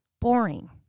boring